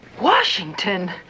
Washington